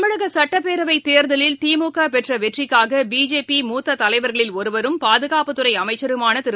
தமிழக சட்டப்பேரவை தேர்தலில் திமுக பெற்ற வெற்றிக்காக பிஜேபி மூத்த தலைவர்களில் ஒருவரும் பாதுகாப்புத்துறை அமைச்சருமான திரு